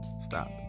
Stop